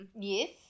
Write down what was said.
Yes